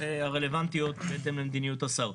הרלוונטיות בהתאם למדיניות השר.